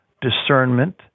discernment